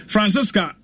Francisca